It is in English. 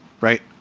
right